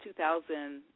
2,000